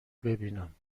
ببینم